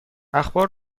اخبار